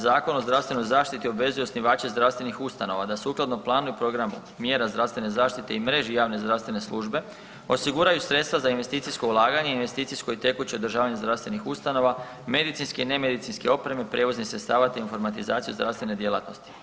Zakon o zdravstvenoj zaštiti obvezuje osnivače zdravstvenih ustanova da sukladno planu i programu mjera zdravstvene zaštite i mreži javne zdravstvene službe osiguraju sredstva za investicijsko ulaganje i investicijsko i tekuće održavanje zdravstvenih ustanova, medicinske i ne medicinske opreme, prijevoznih sredstava, te informatizaciju zdravstvene djelatnosti.